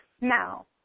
Now